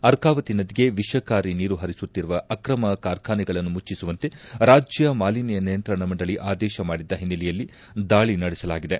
ಅರ್ಕಾವತಿ ನದಿಗೆ ವಿಷಕಾರಿ ನೀರು ಪರಿಸುತ್ತಿರುವ ಅಕ್ಷಮ ಕಾರ್ಖಾನೆಗಳನ್ನು ಮುಚ್ಚಿಸುವಂತೆ ರಾಜ್ಯ ಮಾಲಿನ್ತ ನಿಯಂತ್ರಣ ಮಂಡಳಿ ಆದೇಶ ಮಾಡಿದ್ದ ಹಿನ್ನೆಲೆಯಲ್ಲಿ ದಾಳಿ ನಡೆಸಲಾಗಿದೆ